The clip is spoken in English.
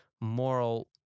moral